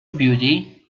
beauty